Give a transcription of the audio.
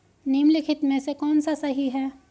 निम्नलिखित में से कौन सा सही है?